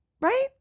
Right